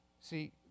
See